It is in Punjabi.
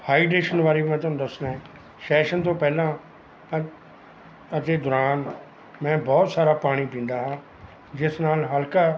ਹਾਈਡਰੇਸ਼ਨ ਬਾਰੇ ਵੀ ਮੈਂ ਤੁਹਾਨੂੰ ਦੱਸਣਾ ਸ਼ੈਸ਼ਨ ਤੋਂ ਪਹਿਲਾਂ ਪ ਅਤੇ ਦੌਰਾਨ ਮੈਂ ਬਹੁਤ ਸਾਰਾ ਪਾਣੀ ਪੀਂਦਾ ਹਾਂ ਜਿਸ ਨਾਲ ਹਲਕਾ